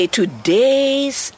today's